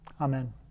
Amen